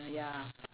ya